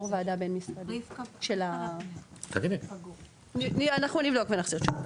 אנחנו נבדוק ונחזיר תשובה.